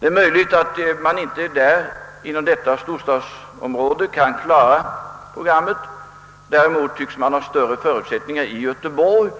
det är möjligt att man inte inom detta storstadsområde kan klara programmet. Däremot tycks det finnas större förutsättningar i Göteborg.